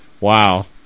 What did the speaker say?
Wow